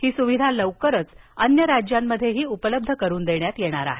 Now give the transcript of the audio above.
ही सुविधा लवकरच अन्य राज्यांमध्येही उपलब्ध करून दिली जाणार आहे